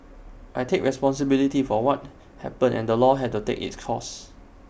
I take responsibility for what happened and the law has to take its course